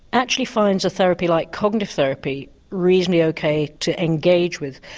actually finds a therapy like cognitive therapy reasonably ok to engage with.